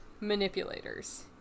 manipulators